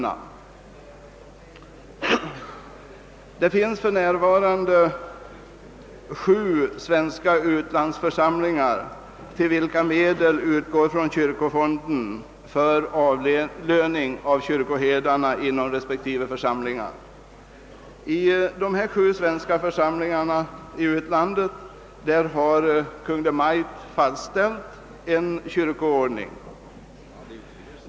Medel ur kyrkofonden utgår för närvarande till sju svenska utlandsförsamlingar för avlöning av kyrkoherdarna inom respektive församlingar. För dessa sju svenska församlingar i utlandet har Kungl. Maj:t fastställt en kyrkoordning.